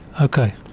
Okay